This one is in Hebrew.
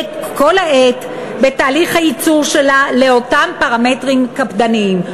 להיבדק כל העת בתהליך הייצור שלה לפי אותם פרמטרים קפדניים.